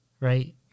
right